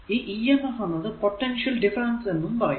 ഈ emf എന്നത് potential difference എന്നും പറയും